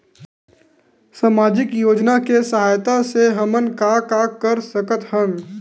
सामजिक योजना के सहायता से हमन का का कर सकत हन?